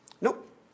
Nope